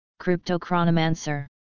Cryptochronomancer